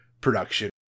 production